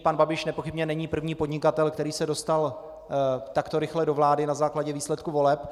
Pan Babiš nepochybně není první podnikatel, který se dostal takto rychle do vlády na základě výsledků voleb.